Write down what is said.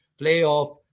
playoff